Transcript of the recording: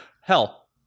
hell